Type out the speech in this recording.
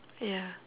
ya